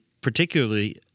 particularly